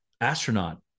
astronaut